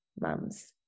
mums